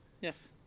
Yes